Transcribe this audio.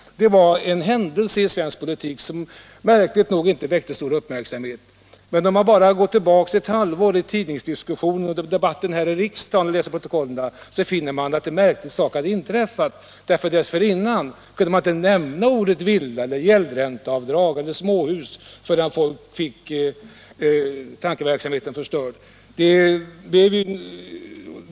Det var en händelse i svensk politik som märkligt nog inte väckte stor uppmärksamhet. Man behöver bara gå tillbaka till tidningsdiskussionen och protokollen från debatten här i riksdagen ett halvår dessförinnan för att finna att det var en märklig sak som hade inträffat. Dessförinnan kunde man nämligen inte nämna ordet villa, gäldränteavdrag eller småhus förrän folk fick tankeverksamheten förstörd.